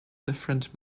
different